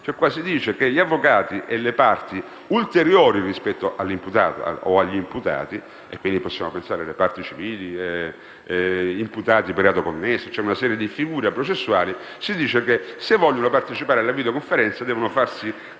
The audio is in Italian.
Si dice che se gli avvocati e le parti ulteriori rispetto all'imputato o agli imputati - quindi possiamo pensare alle parti civili o agli imputati per reato connesso e a tutta una serie di figure processuali - vogliono partecipare alla videoconferenza, devono farsi